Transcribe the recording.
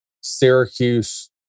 Syracuse